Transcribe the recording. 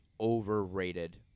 overrated